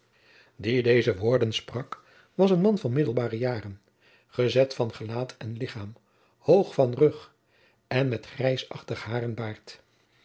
deze woorden sprak was een man van middelbare jaren gezet van gelaat en lichaam hoog van rug en met grijsachtig hair en baard